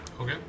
Okay